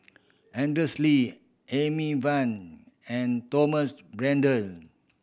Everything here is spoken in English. Andrews Lee Amy Van and Thomas Braddell